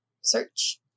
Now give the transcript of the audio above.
search